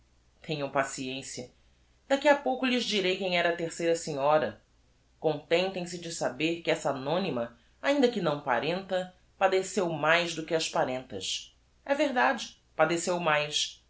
tenham paciência daqui a pouco lhes direi quem era a terceira senhora contentem se de saber que essa anonyma ainda que não parenta padeceu mais do que as parentas é verdade padeceu mais